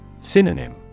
Synonym